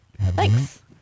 Thanks